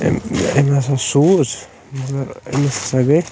أمۍ أمۍ ہَسا سوٗز مگر أمِس ہَسا گٔے